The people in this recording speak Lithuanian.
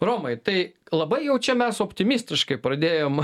romai tai labai jau čia mes optimistiškai pradėjom